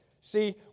See